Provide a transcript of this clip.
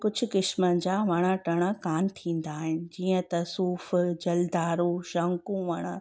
कुझु क़िस्म जा वण टण कान थींदा आहिनि जीअं त सूफ़ जलदारु शंकु वणु